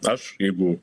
aš jeigu